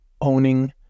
owning